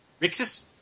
Rixus